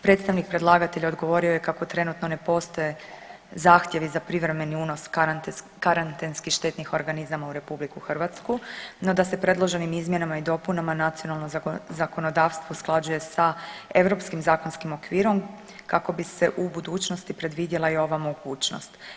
Predstavnik predlagatelja odgovorio je kako trenutno ne postoje zahtjevi za privremeni unos karantenski štetnih organizama u RH, no da se predloženim izmjenama i dopunama nacionalno zakonodavstvo usklađuje sa europskim zakonskim okvirom kako bi se u budućnosti predvidjela i ova mogućnost.